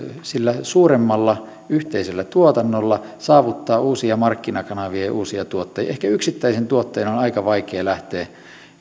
sillä suuremmalla yhteisellä tuotannolla saavuttaa uusia markkinakanavia ja uusia tuottajia ehkä yksittäisen tuottajan on on aika vaikea lähteä